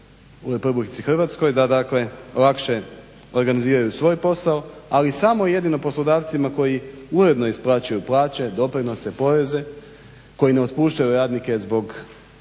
u Republici Hrvatskoj da lakše organiziraju svoj posao, ali samo jedino poslodavcima koji uredno isplaćuju plaće, doprinose, poreze, koji ne otpuštaju radnike zbog